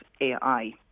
AI